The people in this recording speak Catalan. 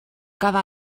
cada